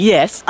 Yes